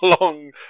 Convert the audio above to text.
long